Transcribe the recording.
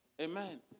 Amen